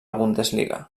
bundesliga